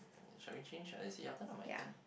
shall we change I see your turn or my turn